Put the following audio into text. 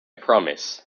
promise